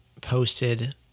Posted